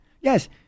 Yes